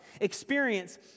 experience